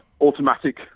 automatic